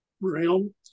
realm